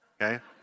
Okay